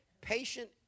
patient